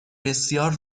بسیار